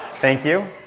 thank you.